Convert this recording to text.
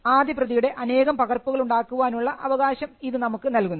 ആദ്യ പ്രതിയുടെ അനേകം പകർപ്പുകൾ ഉണ്ടാക്കുവാൻ ഉള്ള അവകാശം ഇത് നമുക്ക് നൽകുന്നു